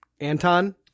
Anton